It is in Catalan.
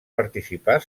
participar